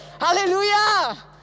Hallelujah